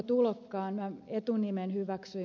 minä etunimen hyväksyn